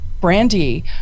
Brandy